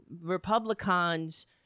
Republicans